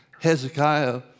Hezekiah